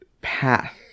path